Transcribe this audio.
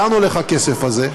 לאן הולך הכסף הזה?